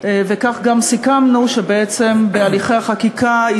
וכך גם סיכמנו שבעצם בהליכי החקיקה היא